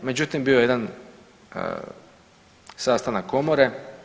Međutim, bio je jedan sastanak komore.